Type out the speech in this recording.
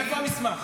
איפה המסמך?